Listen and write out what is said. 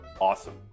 awesome